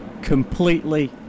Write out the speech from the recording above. completely